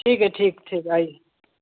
ठीक है ठीक ठीक आईए